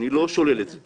אני לא שולל את זה.